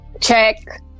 Check